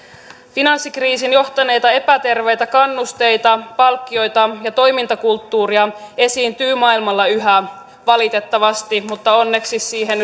finanssikriisiin johtaneita epäterveitä kannusteita palkkioita ja toimintakulttuuria esiintyy maailmalla yhä valitettavasti mutta onneksi siihen